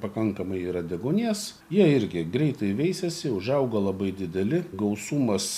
pakankamai yra deguonies jie irgi greitai veisiasi užauga labai dideli gausumas